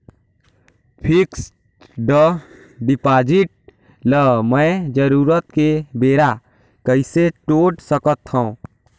Fixed deposit ल मैं जरूरत के बेरा कइसे तोड़ सकथव?